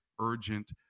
urgent